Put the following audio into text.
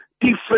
different